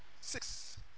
Six